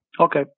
Okay